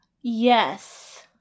Yes